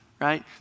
right